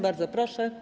Bardzo proszę.